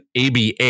ABA